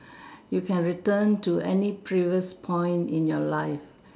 you can return to any previous point in your life